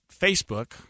Facebook